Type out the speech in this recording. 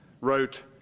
wrote